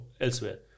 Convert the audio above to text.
elsewhere